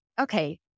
okay